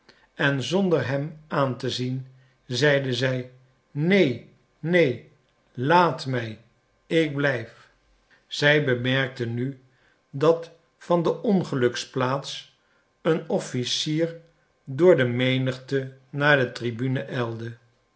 en zonder hem aan te zien zeide zij neen neen laat mij ik blijf zij bemerkte nu dat van den ongeluksplaats een officier door de menigte naar de tribune ijlde